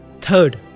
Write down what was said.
third